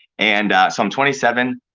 and so, i'm twenty seven,